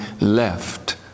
left